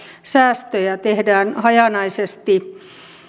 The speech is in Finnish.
säästöjä tehdään hajanaisesti